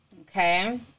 Okay